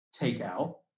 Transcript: takeout